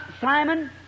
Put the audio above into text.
Simon